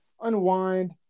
unwind